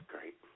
great